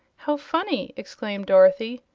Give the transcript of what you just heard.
how funny! exclaimed dorothy,